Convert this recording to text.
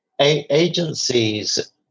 agencies